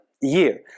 year